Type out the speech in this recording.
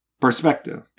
perspective